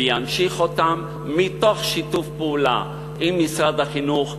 וימשיך אותן מתוך שיתוף פעולה עם משרד החינוך,